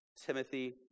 Timothy